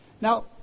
Now